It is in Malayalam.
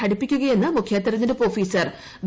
ഘടിപ്പിക്കുകയെന്ന് മുഖ്യ തിരഞ്ഞെടുപ്പ് ഓഫീസർ വി